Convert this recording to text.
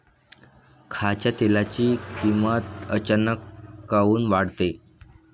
खाच्या तेलाची किमत अचानक काऊन वाढते?